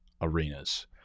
arenas